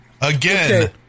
Again